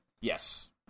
Yes